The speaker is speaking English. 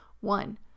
One